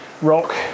rock